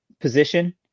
position